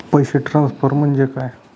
पैसे ट्रान्सफर म्हणजे काय?